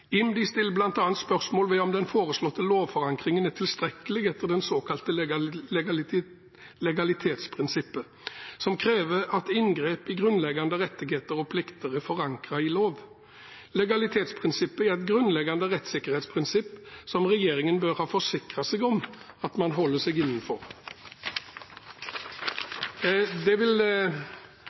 stiller bl.a. spørsmål ved om den foreslåtte lovforankringen er tilstrekkelig etter det såkalte legalitetsprinsippet, som krever at inngrep i grunnleggende rettigheter og plikter er forankret i lov. Legalitetsprinsippet er et grunnleggende rettssikkerhetsprinsipp som regjeringen bør ha forsikret seg om at man holder seg innenfor. Kristelig Folkeparti vil